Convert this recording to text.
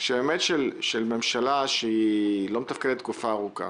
של ממשלה שלא מתפקדת תקופה ארוכה